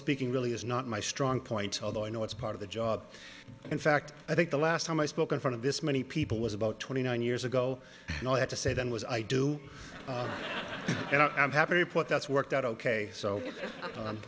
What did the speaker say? speaking really is not my strong point although i know it's part of the job in fact i think the last time i spoke in front of this many people was about twenty nine years ago and i have to say that was i do and i'm happy put that's worked out ok so